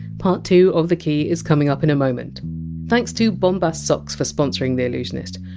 part two of the key is coming up in a moment thanks to bombas socks for sponsoring the allusionist.